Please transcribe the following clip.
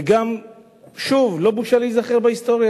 וגם, שוב, לא בושה להיזכר בהיסטוריה.